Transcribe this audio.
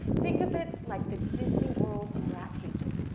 think of it like the disney world of rat cages.